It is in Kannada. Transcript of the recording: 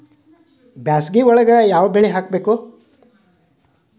ಬ್ಯಾಸಗಿ ಒಳಗ ಯಾವ ಬೆಳಿ ಹಾಕಬೇಕು?